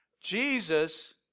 Jesus